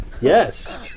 Yes